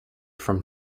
from